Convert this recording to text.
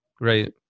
Right